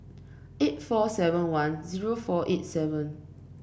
eight four seven one zero four eight seven